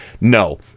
no